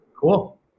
Cool